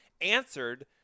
answered